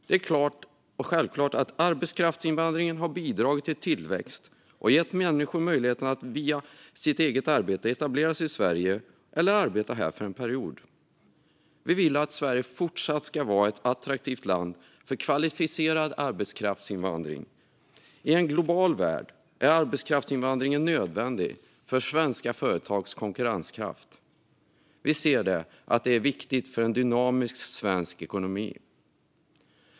Det är helt klart att arbetskraftsinvandringen har bidragit till tillväxt och gett människor möjligheten att via eget arbete etablera sig i Sverige eller arbeta här för en period. Vi vill att Sverige ska fortsätta att vara ett attraktivt land för kvalificerad arbetskraftsinvandring. I en global värld är arbetskraftsinvandringen nödvändig för svenska företags konkurrenskraft. Kristdemokraterna anser att arbetskraftsinvandring är viktig för en dynamisk svensk ekonomi.